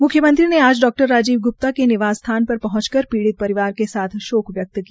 मुख्यमंत्री ने आज डा राजीव गप्ता के निवास स्थान पर पहंच कर पीड़ित परिवार के साथ शोक व्यक्त किया